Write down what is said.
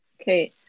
Okay